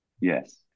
Yes